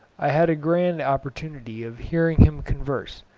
i had a grand opportunity of hearing him converse,